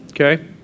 okay